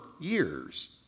years